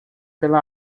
pela